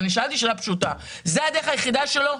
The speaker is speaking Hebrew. שאלתי שאלה פשוטה: זו הדרך היחידה שלו,